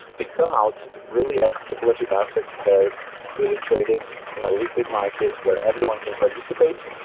they come out really as speculative assets, they're freely traded in a liquid market where everyone can participate,